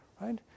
right